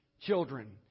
children